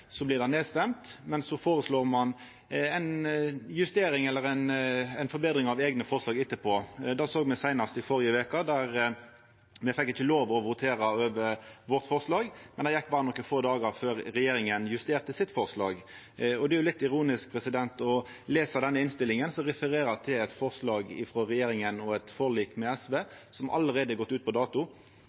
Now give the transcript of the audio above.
blir det nedstemt, men så føreslår ein ei justering, eller ei forbetring, av eigne forslag etterpå. Det såg me seinast i førre veke, då me ikkje fekk lov å votera over vårt forslag, men det gjekk berre nokre få dagar før regjeringa justerte sitt forslag. Det er litt ironisk å lesa denne innstillinga, som refererer til eit forslag frå regjeringa og eit forlik med SV som allereie er gått ut på dato.